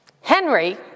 Henry